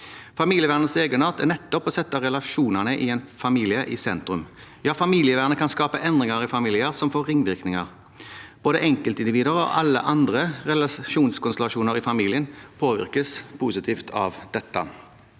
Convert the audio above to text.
Familievernets egenart er nettopp å sette relasjonene i en familie i sentrum. Ja, familievernet kan skape endringer i familier som får ringvirkninger. Både enkeltindivider og alle andre relasjonskonstellasjoner i familien påvirkes positivt av dette.